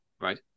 Right